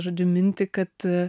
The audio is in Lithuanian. žodžiu mintį kad